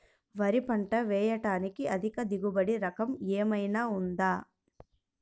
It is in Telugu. వరి పంట వేయటానికి అధిక దిగుబడి రకం ఏమయినా ఉందా?